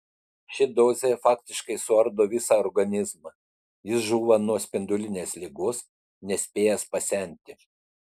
ši dozė faktiškai suardo visą organizmą jis žūva nuo spindulinės ligos nespėjęs pasenti